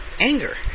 anger